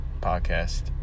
podcast